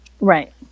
Right